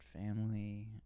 family